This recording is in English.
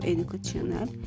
Educational